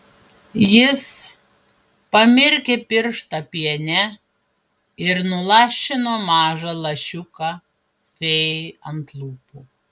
jis pamirkė pirštą piene ir nulašino mažą lašiuką fėjai ant lūpų